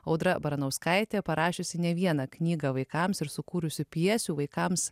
audra baranauskaitė parašiusi ne vieną knygą vaikams ir sukūrusi pjesių vaikams